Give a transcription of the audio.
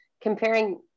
comparing